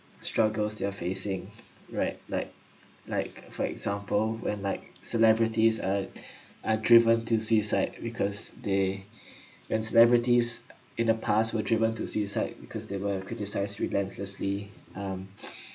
struggles they're facing right like like for example when like celebrities are are driven to suicide because they when celebrities in the past were driven to suicide because they were criticised relentlessly um